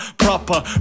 proper